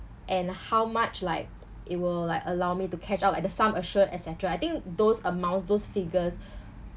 and how much like it will like allow me to catch up at the sum assured et cetera I think those amounts those figures